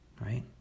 right